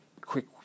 quick